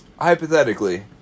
Hypothetically